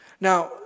Now